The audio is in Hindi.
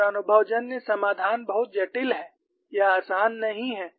और अनुभवजन्य समाधान बहुत जटिल है यह आसान नहीं है